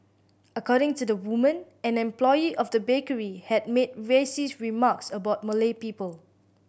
according to the woman an employee of the bakery had made racist remarks about Malay people